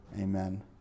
Amen